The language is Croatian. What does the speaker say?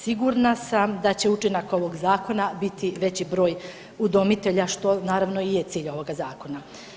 Sigurna sam da će učinak ovog zakona biti veći broj udomitelja što naravno i je cilj ovoga zakona.